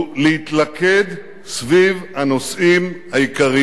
היא להתלכד סביב הנושאים העיקריים,